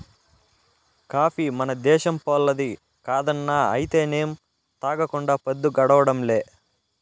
coffee మన దేశంపోల్లది కాదన్నా అయితేనేం తాగకుండా పద్దు గడవడంలే